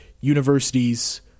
universities